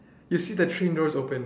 you see the train door is open